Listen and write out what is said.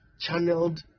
channeled